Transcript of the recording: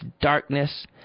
darkness